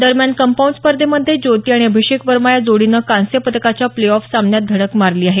दरम्यान कंपाऊंड स्पर्धेमध्ये ज्योती आणि अभिषेक वर्मा या जोडीनं कांस्य पदकाच्या प्ले ऑफ सामन्यात धडक मारली आहे